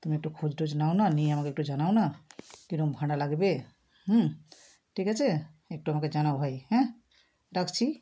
তুমি একটু খোঁজ টোজ নাও না নিয়ে আমাকে একটু জানাও না কীরম ভাড়া লাগবে হুম ঠিক আছে একটু আমাকে জানাও ভাই হ্যাঁ রাখছি